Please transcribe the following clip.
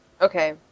Okay